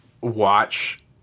watch